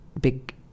big